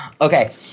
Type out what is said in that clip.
Okay